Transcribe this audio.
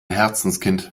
herzenskind